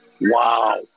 Wow